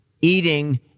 eating